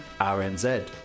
RNZ